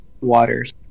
waters